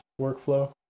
workflow